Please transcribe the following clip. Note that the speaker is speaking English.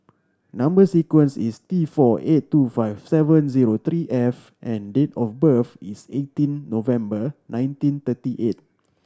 number sequence is T four eight two five seven zero three F and date of birth is eighteen November nineteen thirty eight